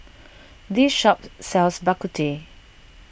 this shop sells Bak Kut Teh